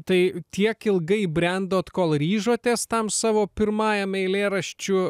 tai tiek ilgai brendot kol ryžotės tam savo pirmajam eilėraščių